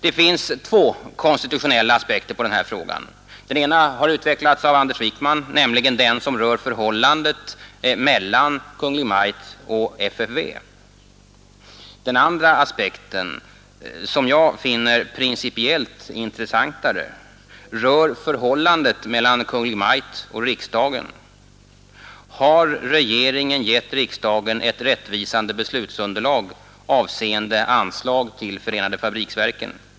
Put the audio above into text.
Det finns två konstitutionella aspekter på denna fråga. Den ena har utvecklats av Anders Wijkman, nämligen den som rör förhållandet mellan Kungl. Maj:t och FFV. Den andra aspekten, som jag finner principiellt intressantare, rör förhållandet mellan Kungl. Maj:t och riksdagen. Har regeringen gett riksdagen ett rättvisande beslutsunderlag avseende anslag till förenade fabriksverken?